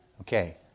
Okay